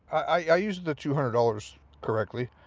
i used the two hundred dollars correctly.